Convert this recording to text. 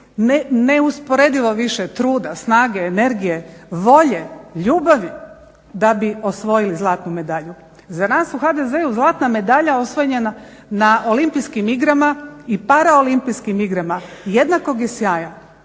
neusporedivo više truda, snage, energije, volje, ljubavi da bi osvojili zlatnu medalju. Za nas u HDZ-u zlatna medalja osvojena na Olimpijskim igrama i Paraolimpijskim igrama jednakog je sjaja,